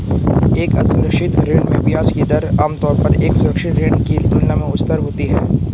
एक असुरक्षित ऋण में ब्याज की दर आमतौर पर एक सुरक्षित ऋण की तुलना में उच्चतर होती है?